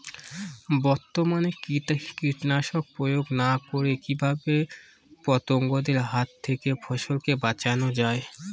বর্তমানে কীটনাশক প্রয়োগ না করে কিভাবে পতঙ্গদের হাত থেকে ফসলকে বাঁচানো যায়?